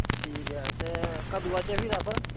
ठीक ऐ ते कदूं आचै फिर अस